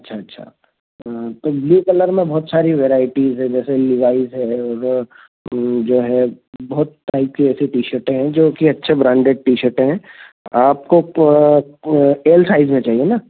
अच्छा अच्छा तो ब्लू कलर में बहुत सारी वेरायटीज़ हैं जैसे लिवाइज है और जो है बहुत टाइप की ऐसी टी शर्टें हैं जो कि अच्छी ब्रांडेड टी शर्टें हैं आपको प एल साइज में चाहिये न